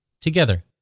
Together